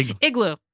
Igloo